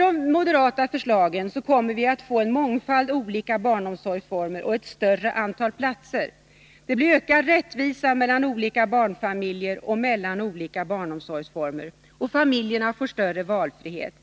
Om de moderata förslagen förverkligas, får vi en mångfald olika barnomsorgsformer och ett större antal platser. Det blir ökad rättvisa mellan olika barnfamiljer och mellan olika barnomsorgsformer. Familjerna får större valfrihet.